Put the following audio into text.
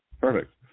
Perfect